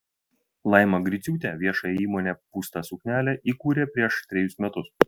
laima griciūtė viešąją įmonę pūsta suknelė įkūrė prieš trejus metus